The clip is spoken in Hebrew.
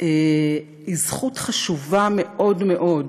היא זכות חשובה מאוד מאוד.